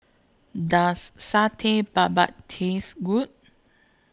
Does Satay Babat tastes Good